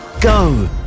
go